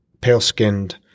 pale-skinned